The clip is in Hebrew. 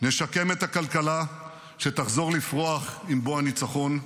נשקם את הכלכלה, שתחזור לפרוח עם בוא הניצחון.